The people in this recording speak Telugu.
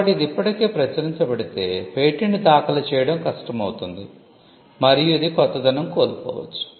కాబట్టి ఇది ఇప్పటికే ప్రచురించబడితే పేటెంట్ దాఖలు చేయడం కష్టమవుతుంది మరియు ఇది కొత్తదనం కోల్పోవచ్చు